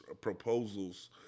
proposals